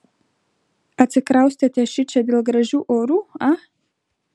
atsikraustėte šičia dėl gražių orų a